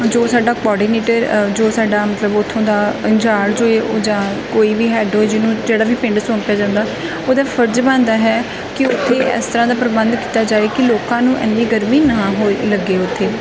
ਜੋ ਸਾਡਾ ਕੋਰਡੀਨੇਟਰ ਜੋ ਸਾਡਾ ਮਤਲਬ ਉੱਥੋਂ ਦਾ ਅੰਚਾਰਜ ਹੋਏ ਉਹ ਜਾਂ ਕੋਈ ਵੀ ਹੈਡ ਹੋਏ ਜਿਹਨੂੰ ਜਿਹੜਾ ਵੀ ਪਿੰਡ ਸੌਂਪਿਆ ਜਾਂਦਾ ਉਹਦਾ ਫਰਜ਼ ਬਣਦਾ ਹੈ ਕਿ ਉੱਥੇ ਇਸ ਤਰ੍ਹਾਂ ਦਾ ਪ੍ਰਬੰਧ ਕੀਤਾ ਜਾਏ ਕਿ ਲੋਕਾਂ ਨੂੰ ਇੰਨੀ ਗਰਮੀ ਨਾ ਹੋਏ ਲੱਗੇ ਉੱਥੇ